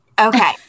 Okay